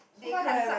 so far don't have leh